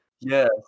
Yes